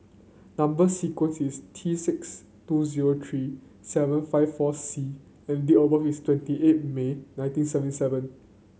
number sequence is T six two zero three seven five four C and date of birth is twenty eight May nineteen seven seven